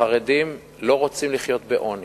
החרדים לא רוצים לחיות בעוני,